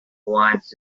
wants